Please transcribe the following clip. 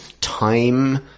time